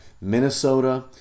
Minnesota